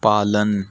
पालन